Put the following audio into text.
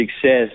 success